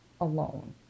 alone